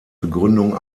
begründung